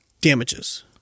damages